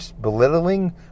belittling